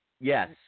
Yes